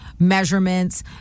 Measurements